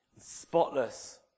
spotless